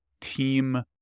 team